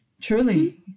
truly